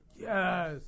Yes